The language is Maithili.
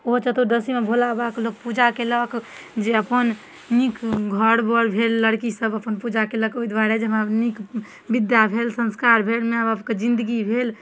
ओहो चतुर्दशीमे भोलाबाबा कऽ लोक पूजा कयलक जे अपन नीक घर बर भेल लड़की सब अपन पूजा कयलक ओहि दुआरे जे हमरा नीक विद्या भेल सँस्कार भेल माए बापके जिन्दगी भेल